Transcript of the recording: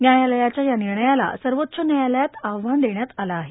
न्यायालयाच्या या निर्णयाला सर्वोच्च न्यायालयात आव्हान देण्यात आलं आहे